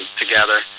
together